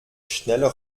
schneller